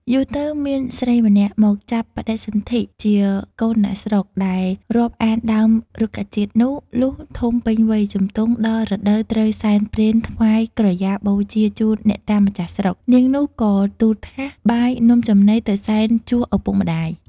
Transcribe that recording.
យូរទៅមានស្រីម្នាក់មកចាប់បដិសន្ធិជាកូនអ្នកស្រុក ដែលរាប់អានដើម រុក្ខជាតិនោះ លុះធំពេញវ័យជំទង់ដល់រដូវត្រូវសែនព្រេនថ្វាយក្រយ៉ាបូជាជូនអ្នកតាម្ចាស់ស្រុក នាងនោះក៏ទូលថាស បាយនំចំណីទៅសែនជួសឪពុកម្ដាយ ។